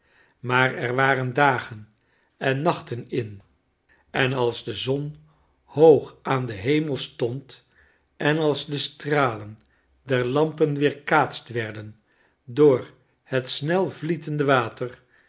maar er waren dagen en nachten in en als de zon hoog aan den hemel stond en als de stralen der lampen weerkaatst werden door het snelvlietende water